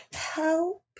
Help